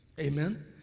Amen